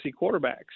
quarterbacks